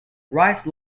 rice